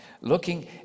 looking